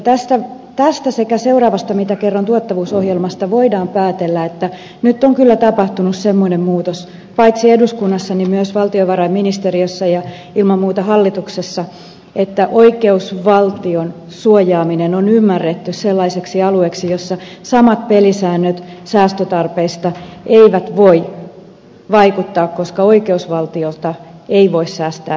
tästä sekä seuraavasta mitä kerron tuottavuusohjelmasta voidaan päätellä että nyt on kyllä tapahtunut semmoinen muutos paitsi eduskunnassa myös valtiovarainministeriössä ja ilman muuta hallituksessa että oikeusvaltion suojaaminen on ymmärretty sellaiseksi alueeksi jolla samat pelisäännöt säästötarpeista eivät voi vaikuttaa koska oikeusvaltiota ei voi säästää hengiltä